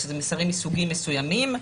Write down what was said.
שזה מסרים מסוגים מסוימים,